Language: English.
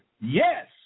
yes